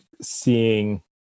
seeing